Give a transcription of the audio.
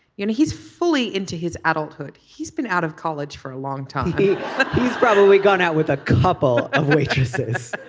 you know he's fully into his adulthood. he's been out of college for a long time he's probably gone out with a couple of waitresses